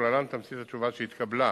ולהלן תמצית התשובה שהתקבלה: